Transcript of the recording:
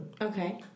Okay